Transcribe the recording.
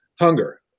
hunger